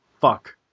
fuck